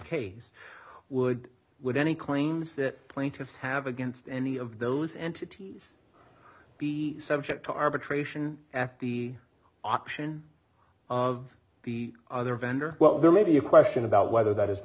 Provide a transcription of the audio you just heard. case would with any claims that plaintiffs have against any of those entities be subject to arbitration act the option of the other vendor well there may be a question about whether that is the